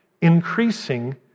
Increasing